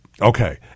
Okay